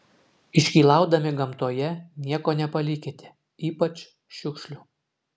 iškylaudami gamtoje nieko nepalikite ypač šiukšlių